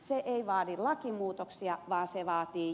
se ei vaadi lakimuutoksia vaan se vaatii